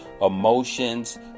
emotions